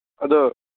ꯑꯗꯣ